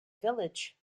village